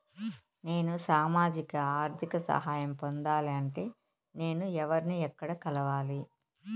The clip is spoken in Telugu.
నేను సామాజిక ఆర్థిక సహాయం పొందాలి అంటే నేను ఎవర్ని ఎక్కడ కలవాలి?